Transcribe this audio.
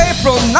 April